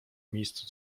miejscu